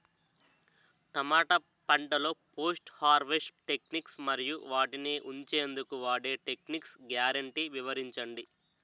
టమాటా పంటలో post harvest techniques మరియు వాటిని ఉంచెందుకు వాడే టెక్నిక్స్ గ్యారంటీ వివరించండి?